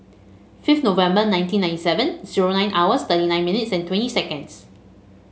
fifth November nineteen ninety seven zero nine hours thirty nine minutes and twenty seconds